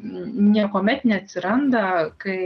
niekuomet neatsiranda kai